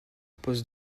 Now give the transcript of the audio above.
poste